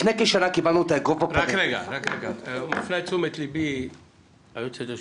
רק רגע, מפנה את תשומת ליבי היועצת המשפטית.